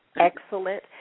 excellent